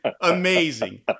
Amazing